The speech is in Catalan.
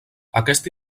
aquest